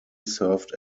served